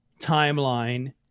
timeline